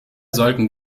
sollten